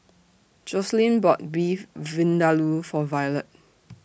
Joselyn bought Beef Vindaloo For Violette